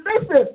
listen